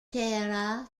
taira